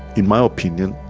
in my opinion,